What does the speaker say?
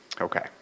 okay